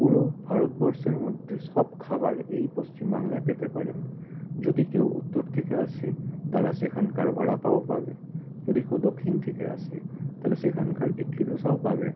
পুরো ভারতবর্ষের মধ্যে সব খাবার এই পশ্চিম বাংলায় পেতে পারেন যদি কেউ উত্তর থেকে আসে তারা সেখানকার বারা পাউ পাবে যদি কেউ দক্ষিণ থেকে আসে তাহলে সেখানকার ইডলি ধোসাও পাবে